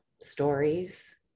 stories